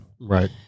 Right